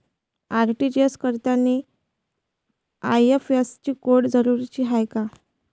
RTGS करतांनी IFSC code जरुरीचा हाय का?